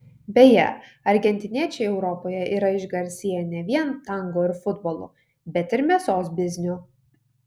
beje argentiniečiai europoje yra išgarsėję ne vien tango ir futbolu bet ir mėsos bizniu